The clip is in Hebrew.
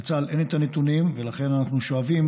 לצה"ל אין את הנתונים, לכן אנחנו שואבים